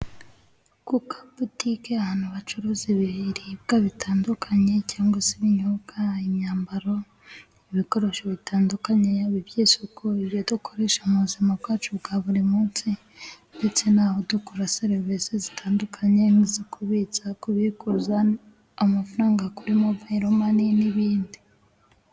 Kuko botike ahantu bacuruza ibiribwa bitandukanye cyangwa se ibinyobwa, imyambaro, ibikoresho bitandukanye yaba iby'isuku. Ibyo dukoresha mu buzima bwacu bwa buri munsi ndetse naho dugura serivisi zitandukanye nk'izo kubitsa, kubikuza amafaranga kuri mobayiro mani n'ibindi.